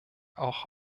auch